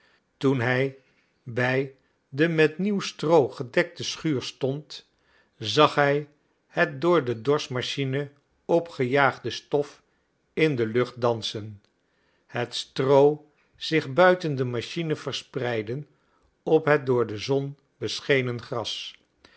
toen hij bij de met nieuw stroo gedekte schuur stond zag hij het door de dorschmachine opgejaagde stof in de lucht dansen het stroo zich buiten de machine verspreiden op het door de zon beschenen gras